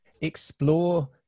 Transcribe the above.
explore